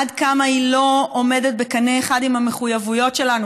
עד כמה היא לא עומדת בקנה אחד עם המחויבויות שלנו,